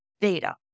data